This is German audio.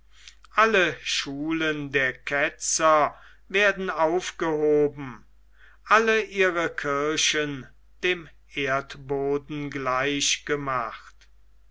alle schulen der ketzer werden aufgehoben alle ihre kirchen dem erdboden gleich gemacht